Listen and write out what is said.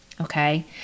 okay